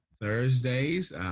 Thursdays